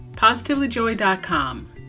positivelyjoy.com